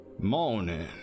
morning